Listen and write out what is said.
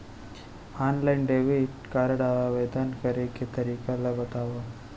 Online debit card आवेदन करे के तरीका ल बतावव?